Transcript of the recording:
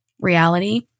reality